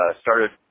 started